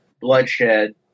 bloodshed